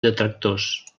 detractors